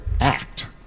act